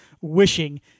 wishing